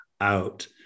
out